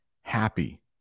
happy